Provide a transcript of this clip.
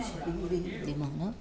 शरीरे विद्यामानाम्